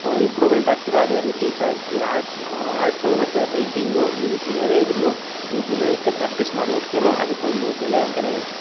improvement ಆಗ್ತಿರೋ ಅದೇ ರೀತಿ ಈ ಆರ್ಟ್ ಆರ್ಟು ಮತ್ತು ಪೈಂಟಿಂಗು ಈ ರೀತಿ ಯಾರೇ ಇದ್ರೂ ನೀವು ದಿನನಿತ್ಯ ಪ್ರ್ಯಾಕ್ಟಿಸ್ ಮಾಡಿದಷ್ಟೂ ಅದಕ್ಕೊಂದು ಬೆಲೆ ಅಂತಲೇ ಹೇಳ್ತಿನಿ